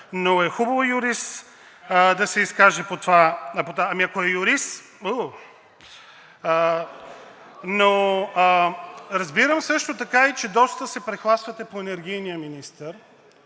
но е хубаво юрист да се изкаже. Ами ако е юрист? Ооо! Но разбирам също така и че доста се прехласвате по енергийния министър.